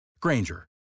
Granger